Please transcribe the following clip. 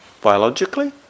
Biologically